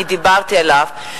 אני דיברתי עליו,